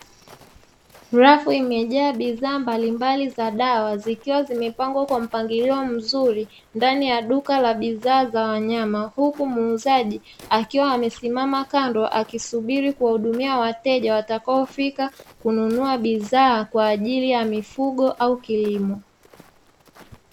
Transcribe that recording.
Rafu imejaa bidhaa mbalimbali za dawa zikiwa zimepangwa kwa mpangilio mzuri ndani ya duka la uuzaji wa bidhaa za wanyama, huku muuzaji akiwa amesimama kando akisubiri kuwahudumia wateja watakaofikankununua bidhaa kwa ajili ya mifugo au kilimo.